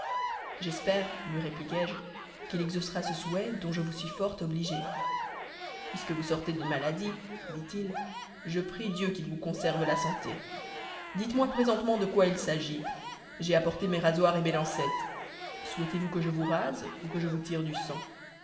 j'espère lui répliquai-je qu'il exaucera ce souhait dont je vous suis fort obligé puisque vous sortez d'une maladie ditil je prie dieu qu'il vous conserve la santé dites-moi présentement de quoi il s'agit j'ai apporté mes rasoirs et mes lancettes souhaitez-vous que je vous rase ou que je vous tire du sang